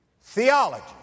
theology